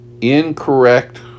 incorrect